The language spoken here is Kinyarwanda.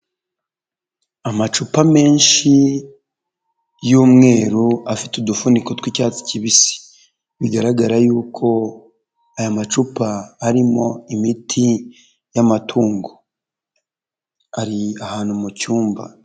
Amacupa menshi y'umweru afite udufuniko tw'icyatsi kibisi bigaragara y'uko aya macupa arimo imiti y'amatungo ari ahantu mu cyumba.